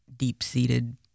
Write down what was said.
deep-seated